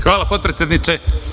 Hvala, potpredsedniče.